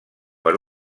per